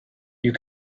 you